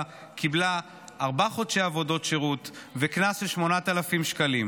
קיבלה ארבעה חודשי עבודות שירות וקנס של 8,000 שקלים.